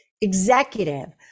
executive